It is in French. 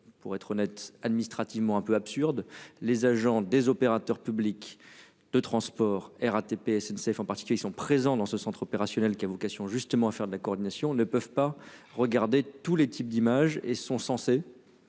pour être honnête administrativement un peu absurde. Les agents des opérateurs publics de transport RATP SNCF en particulier sont présents dans ce centre opérationnel qui a vocation justement à faire de la coordination ne peuvent pas regarder tous les types d'images et sont censés.